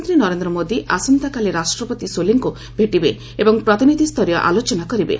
ପ୍ରଧାନମନ୍ତ୍ରୀ ନରେନ୍ଦ୍ର ମୋଦି ଆସନ୍ତାକାଲି ରାଷ୍ଟ୍ରପତି ସୋଲୀଙ୍କୁ ଭେଟିବେ ଏବଂ ପ୍ରତିନିଧ୍ୟସରୀୟ ଆଲୋଚନା କରିବେ